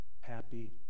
happy